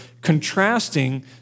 contrasting